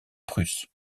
prusse